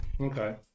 Okay